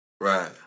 Right